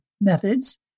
methods